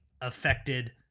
affected